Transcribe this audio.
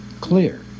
clear